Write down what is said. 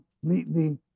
completely